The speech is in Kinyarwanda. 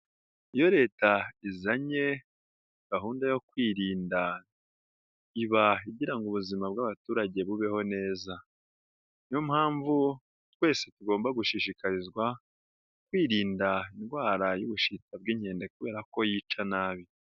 Iyo leta izanye gahunda yo kwirinda iba igira ngo ubuzima bw'abaturage bubeho neza, niyo mpamvu twese tugomba gushishikarizwa kwirinda indwara y'ubushita bw'inkende kubera ko yica nabi.